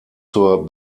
zur